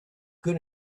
good